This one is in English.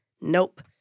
nope